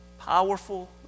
powerful